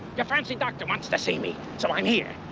your fancy doctor wants to see me, so i'm here.